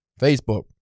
Facebook